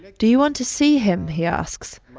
do you want to see him, he asks.